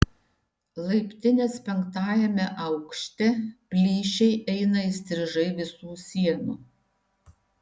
laiptinės penktajame aukšte plyšiai eina įstrižai visų sienų